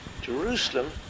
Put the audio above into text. Jerusalem